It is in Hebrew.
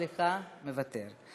סליחה, מוותר.